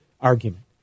argument